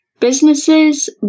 businesses